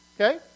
Okay